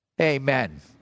Amen